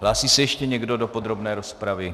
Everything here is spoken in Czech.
Hlásí se ještě někdo do podrobné rozpravy?